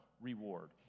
reward